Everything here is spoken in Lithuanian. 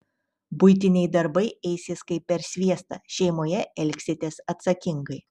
buitiniai darbai eisis kaip per sviestą šeimoje elgsitės atsakingai